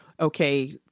okay